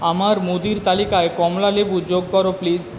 আমার মুদির তালিকায় কমলালেবু যোগ কর প্লিজ